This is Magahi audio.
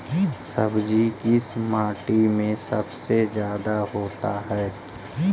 सब्जी किस माटी में सबसे ज्यादा होता है?